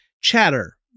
chatter